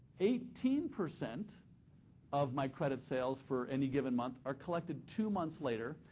eighteen percent of my credit sales for any given month are collected two months later,